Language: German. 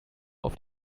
auf